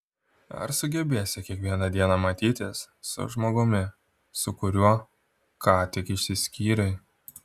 ar sugebėsi kiekvieną dieną matytis su žmogumi su kuriuo ką tik išsiskyrei